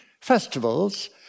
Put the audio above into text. festivals